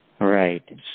Right